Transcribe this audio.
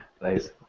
Nice